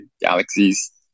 galaxies